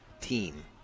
team